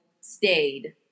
stayed